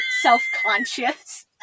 self-conscious